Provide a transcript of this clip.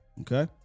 Okay